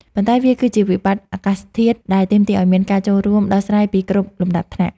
ប៉ុន្តែវាគឺជាវិបត្តិអាកាសធាតុដែលទាមទារឱ្យមានការចូលរួមដោះស្រាយពីគ្រប់លំដាប់ថ្នាក់។